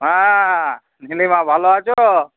হ্যাঁ নীলিমা ভালো আছো